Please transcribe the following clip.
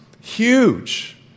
huge